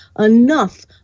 enough